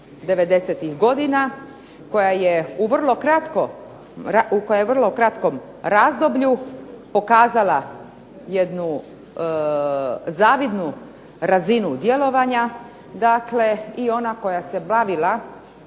godina, koja je u vrlo kratkom razdoblju pokazala jednu zavidnu razinu djelovanja i ona koja se bavila